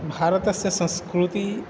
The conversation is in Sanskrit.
भारतस्य संस्कृतिः